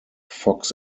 fox